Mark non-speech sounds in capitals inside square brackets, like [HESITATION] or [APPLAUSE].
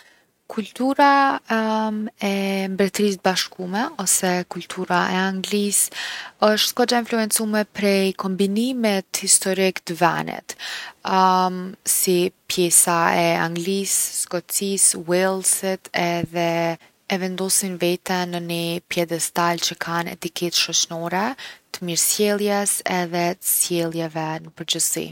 Kultura [HESITATION] e Mbretërisë t’Bashkume ose kultura e Anglisë osht kogja e influencume prej kombinimit historik t’venit. [HESITATION] Si pjesa e Anglisë, Skocisë, Ëales-it, e vendosin veten në ni pjedestal që kanë etiketë shoqnore t’mirësjelljes edhe t’sjelljeve n’pëegjithsi.